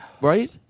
right